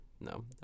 no